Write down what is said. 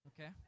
Okay